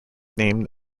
named